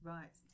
Right